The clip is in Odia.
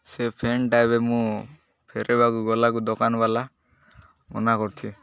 ସେ ଫେନ୍ଟା ଏବେ ମୁଁ ଫେରାଇବାକୁ ଗଲାକୁ ଦୋକାନବାଲା ମନା କରୁଛିି